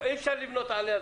אי אפשר לבנות עליה,